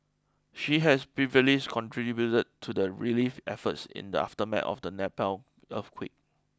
she has previously contributed to the relief efforts in the aftermath of the Nepal earthquake